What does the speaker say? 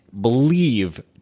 believe